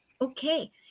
Okay